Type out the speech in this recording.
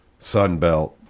Sunbelt